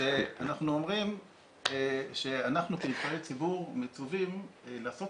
אנחנו אומרים שאנחנו כנבחרי ציבור מצופים לעשות